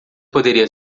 poderia